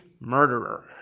murderer